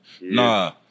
Nah